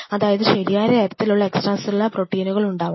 അതായത് ശരിയായ തരത്തിലുള്ള എക്സ്ട്രാ സെല്ലുലാർ പ്രോട്ടീനുകൾ ഉണ്ടാവണം